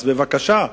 אז בבקשה,